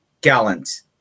gallons